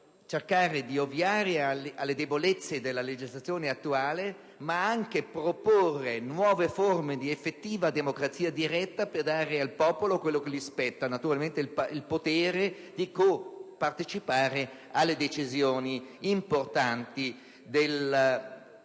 cercare di ovviare alle debolezze della legislazione attuale, ma anche di proporre nuove forme di effettiva democrazia diretta per dare al popolo quello che gli spetta, naturalmente il potere di copartecipare alle decisioni importanti della